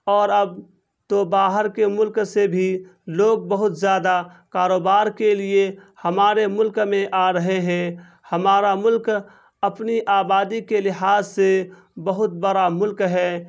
اور اب تو باہر کے ملک سے بھی لوگ بہت زیادہ کاروبار کے لیے ہمارے ملک میں آ رہے ہیں ہمارا ملک اپنی آبادی کے لحاظ سے بہت بڑا ملک ہے